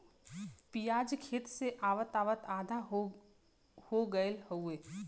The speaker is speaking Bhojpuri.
पियाज खेत से आवत आवत आधा हो गयल हउवे